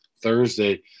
Thursday